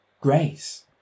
grace